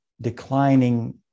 declining